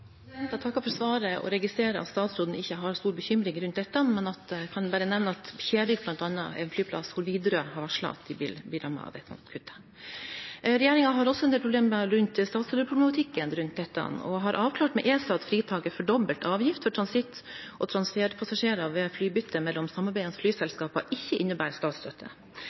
Jeg takker for svaret og registrerer at statsråden ikke har stor bekymring rundt dette. Men jeg kan bare nevne at bl.a. Kjevik er en flyplass hvor Widerøe har varslet at de vil bli rammet av rutekutt. Regjeringen har også en del problemer rundt statsstøtteproblematikken knyttet til dette og har avklart med ESA at fritaket for dobbel avgift for transitt- og transferpassasjerer ved flybytte mellom samarbeidende flyselskaper ikke innebærer statsstøtte.